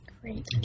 Great